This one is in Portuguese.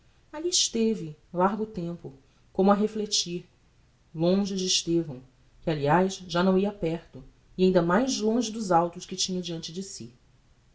alli esteve largo tempo como a reflectir longe de estevão que aliás já não ía perto e ainda mais longe dos autos que tinha diante de si